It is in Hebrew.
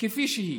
כפי שהיא.